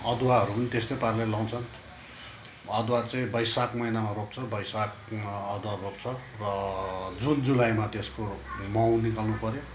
अदुवाहरू पनि त्यस्तै पाराले लगाउँछ अदुवा चाहिँ वैशाख महिनामा रोप्छ वैशाखमा अदुवा रोप्छ र जुन जुलाईमा त्यसको माउ निकाल्नु पऱ्यो